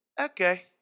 okay